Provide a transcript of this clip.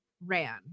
ran